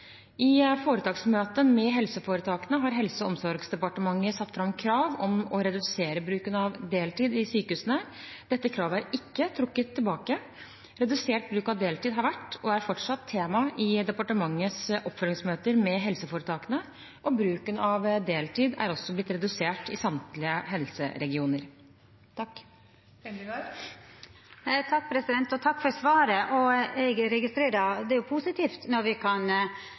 I foretaksmøte med helseforetakene har Helse- og omsorgsdepartementet satt fram krav om å redusere bruken av deltid i sykehusene. Dette kravet er ikke trukket tilbake. Redusert bruk av deltid har vært – og er fortsatt – tema i departementets oppfølgingsmøter med helseforetakene, og bruken av deltid er også blitt redusert i samtlige helseregioner. Takk for svaret. Det er positivt at prosenten heiltidstilsette har auka. Likevel er